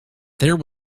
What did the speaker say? there